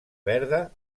verda